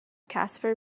casper